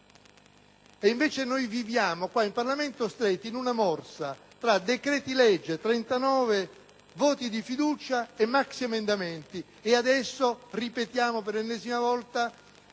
e invece noi viviamo in Parlamento stretti in una morsa tra 39 decreti-legge, voti di fiducia e maxiemendamenti e adesso ripetiamo, per l'ennesima volta,